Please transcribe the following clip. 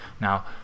Now